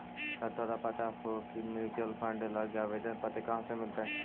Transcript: का तोरा पता हो की म्यूचूअल फंड लागी आवेदन पत्र कहाँ से मिलतई?